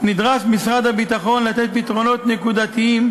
נדרש משרד הביטחון לתת פתרונות נקודתיים,